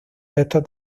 textos